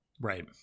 right